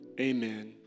amen